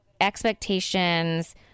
expectations